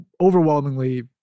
overwhelmingly